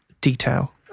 detail